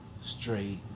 straight